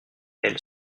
elle